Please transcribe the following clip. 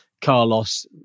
Carlos